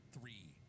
three